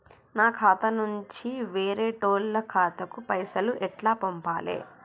నా ఖాతా నుంచి వేరేటోళ్ల ఖాతాకు పైసలు ఎట్ల పంపాలే?